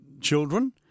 children